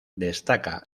destaca